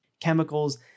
chemicals